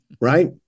right